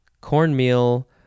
Cornmeal